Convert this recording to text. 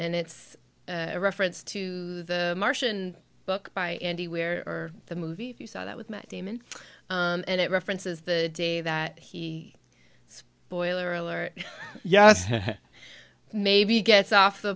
and it's a reference to the martian book by andy where are the movie if you saw that with matt damon and it references the day that he spoiler alert yes maybe he gets off the